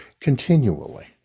continually